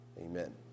amen